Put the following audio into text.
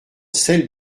celle